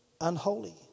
unholy